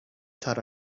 thought